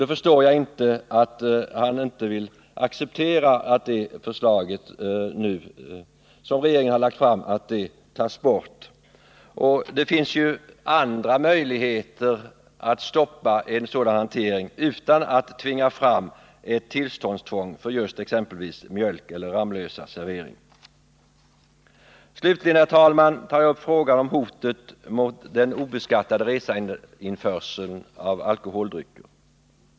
Då förstår jag inte att han inte vill acceptera det förslag som regeringen har lagt fram och som innebär att en krånglig bestämmelse tas bort. Det finns ju andra möjligheter att stoppa en sådan hantering än att tvinga fram ett tillståndstvång för exempelvis just mjölkeller Ramlösaservering. Slutligen, herr talman, tar jag upp frågan om hotet mot den obeskattade resandeinförseln av alkoholdrycker.